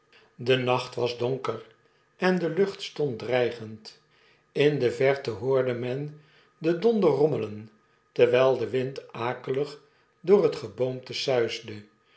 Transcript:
de nacht was donker en de lucht stond dreigend in de verte hoorde men den donder rommelen terwijl de wind akelig door het geboomte suisde